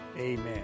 amen